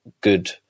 good